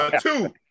two